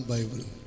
Bible